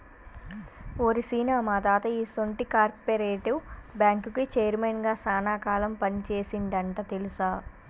ఓరి సీన, మా తాత ఈసొంటి కార్పెరేటివ్ బ్యాంకుకి చైర్మన్ గా సాన కాలం పని సేసిండంట తెలుసా